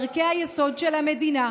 על ערכי היסוד של המדינה,